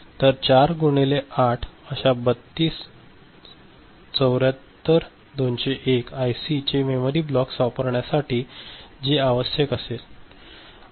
तर 4 गुणिले 8 अशा 32 74201 आयसी चे मेमरी ब्लॉक्स वापरण्यासाठी हे आवश्यक असेल ठीक आहे